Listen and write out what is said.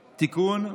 (תיקון,